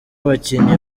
abakinnyi